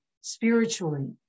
spiritually